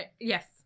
Yes